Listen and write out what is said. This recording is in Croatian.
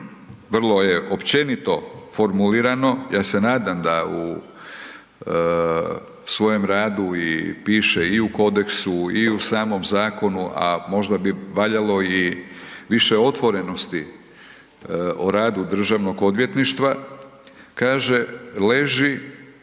vrlo je općenito formulirano, ja se nadam da u svojem radu i piše i u kodeksu i u samom zakonu a možda bi valjalo i više otvorenosti o radu Državnog odvjetništva, kaže leži